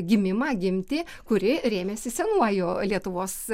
gimimą gimti kuri rėmėsi senuoju lietuvos